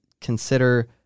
consider